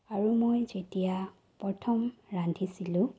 আৰু মই যেতিয়া প্ৰথম ৰান্ধিছিলোঁ